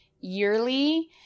yearly